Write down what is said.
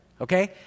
Okay